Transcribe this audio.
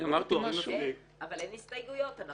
אבל אין הסתייגויות,